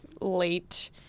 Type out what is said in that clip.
late